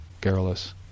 garrulous